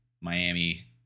Miami